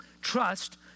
trust